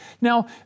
Now